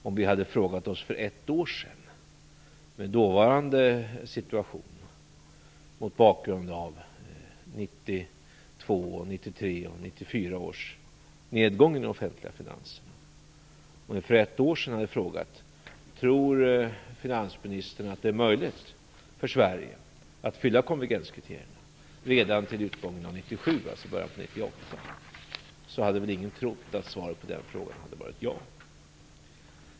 Om ni för ett år sedan, med dåvarande situation och mot bakgrund av 1992, 1993 och 1994 års nedgång i de offentliga finanserna, hade frågat om finansministern tror att det är möjligt för Sverige att uppfylla konvergenskriterierna redan till utgången av 1997, alltså till början av 1998, skulle väl ingen ha trott att svaret på den frågan skulle bli ja.